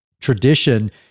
tradition